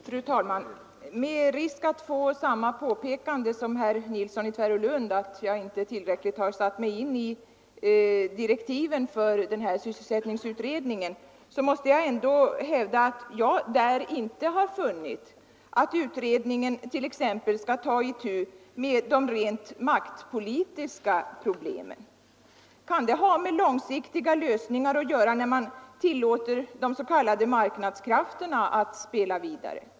Fru talman! Med risk att få samma påpekande som herr Nilsson i Tvärålund, att jag inte tillräckligt har satt mig in i direktiven för sysselsättningsutredningen, måste jag ändå hävda att jag där inte har funnit att utredningen t.ex. skall ta itu med de rent maktpolitiska problemen. Kan det ha med långsiktiga lösningar att göra när man tillåter de s.k. marknadskrafterna att spela vidare?